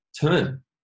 turn